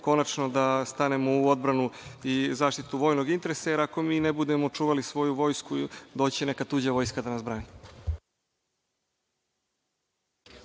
konačno da stanemo u odbranu i zaštitu vojnog interesa, jer ako mi ne budemo čuvali svoju vojsku, doći će neka tuđa vojska da nas brani.